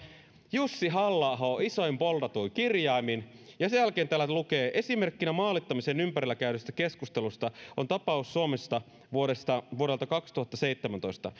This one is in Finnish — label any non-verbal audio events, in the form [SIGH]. jussi halla aho isoin boldatuin kirjaimin ja sen jälkeen täällä lukee esimerkkinä maalittamisen ympärillä käydystä keskustelusta on tapaus suomesta vuodelta kaksituhattaseitsemäntoista [UNINTELLIGIBLE]